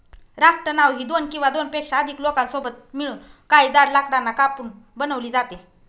raft नाव ही दोन किंवा दोनपेक्षा अधिक लोकांसोबत मिळून, काही जाड लाकडांना कापून बनवली जाते